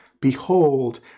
Behold